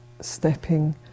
stepping